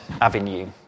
avenue